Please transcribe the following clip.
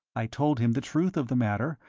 i told him the truth of the matter,